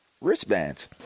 wristbands